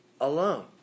Alone